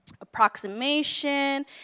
approximation